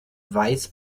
weiß